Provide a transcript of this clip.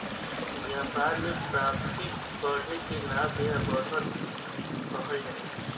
व्यापार में प्रॉफिट बढ़े के लाभ या बढ़त कहल जाला